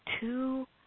two